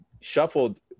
shuffled